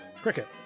Cricket